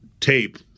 tape